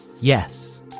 Yes